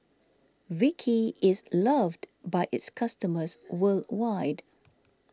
Vichy is loved by its customers worldwide